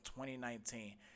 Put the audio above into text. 2019